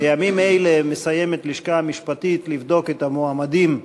בימים אלה מסיימת הלשכה המשפטית לבדוק את המועמדים,